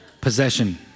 possession